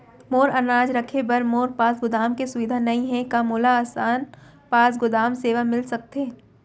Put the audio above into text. मोर अनाज रखे बर मोर पास गोदाम के सुविधा नई हे का मोला आसान पास गोदाम सेवा मिलिस सकथे?